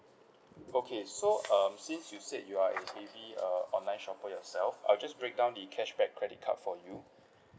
okay so um since you said you are a heavy uh online shopper yourself I'll just break down the cashback credit card for you